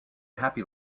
happy